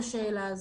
למה לא?